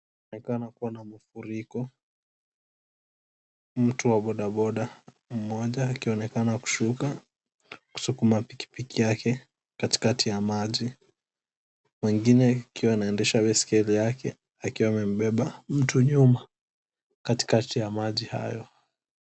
Kunaonekana kuwa na mafuriko, mtu wa bodaboda mmoja akionekana kushuka kusukuma pikipiki yake katikati ya maji mwingine akiwa anaendesha baiskeli yake akiwa amebeba mtu nyuma katikati ya maji hayo.